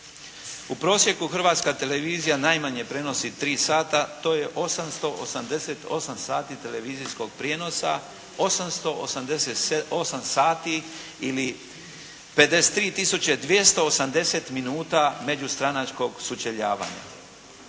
U prosjeku Hrvatska televizija najmanje prenosi tri sata. To je 888 sata televizijskog prijenosa. 888 sati ili 53 tisuće 280 minuta međustranačkog sučeljavanja.